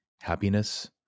happiness